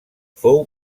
fou